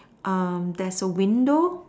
um there is a window